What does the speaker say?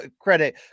credit